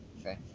Okay